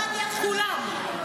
כולם.